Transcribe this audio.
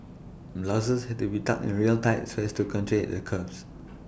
blouses had to be tucked in real tight so as to accentuate their curves